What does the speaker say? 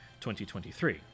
2023